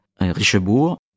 Richebourg